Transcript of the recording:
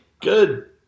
Good